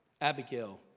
Abigail